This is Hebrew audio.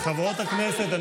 חברות הכנסת,